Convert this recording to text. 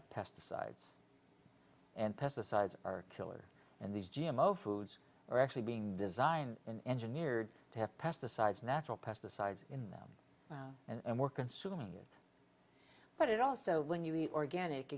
of pesticides and pesticides are killers and these g m o foods are actually being designed and engineered to have pesticides natural pesticides in them and we're consuming it but it also when you eat organic